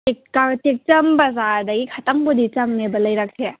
ꯇꯦꯛꯆꯝ ꯕꯖꯥꯔꯗꯒꯤ ꯈꯤꯇꯪꯕꯨꯗꯤ ꯆꯪꯉꯦꯕ ꯂꯩꯔꯛꯁꯦ